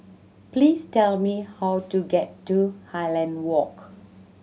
please tell me how to get to Highland Walk